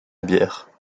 bière